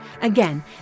Again